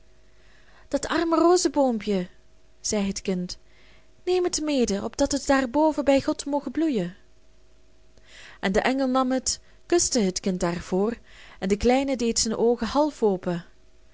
dat arme rozeboompje zei het kind neem het mede opdat het daarboven bij god moge bloeien en de engel nam het kuste het kind daarvoor en de kleine deed zijn oogen half open